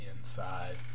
inside